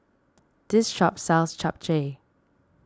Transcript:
this shop sells Japchae